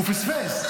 הוא פספס.